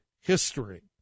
history